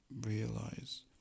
realize